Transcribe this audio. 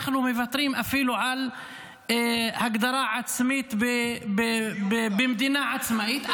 אנחנו מוותרים אפילו על הגדרה עצמית במדינה עצמאית,